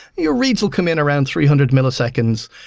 your reads will come in around three hundred milliseconds,